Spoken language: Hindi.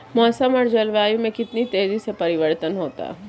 मौसम और जलवायु में कितनी तेजी से परिवर्तन होता है?